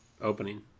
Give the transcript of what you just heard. Opening